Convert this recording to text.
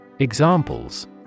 Examples